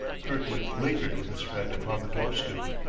kirkwood lingered with his friend upon the door-stoop.